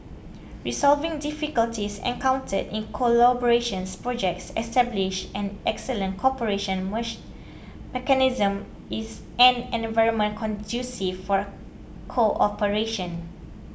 resolving difficulties encountered in collaborations projects establish an excellent cooperation mechanism is an environment conducive for cooperation